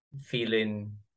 feeling